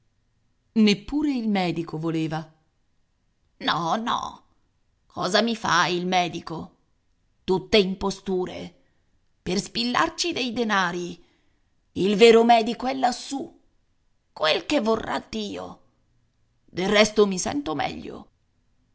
neppure il medico voleva no no cosa mi fa il medico tutte imposture per spillarci dei denari il vero medico è lassù quel che vorrà dio del resto mi sento meglio